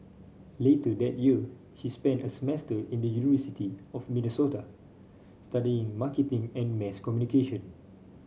later that year she spent a semester in the University of Minnesota studying marketing and mass communication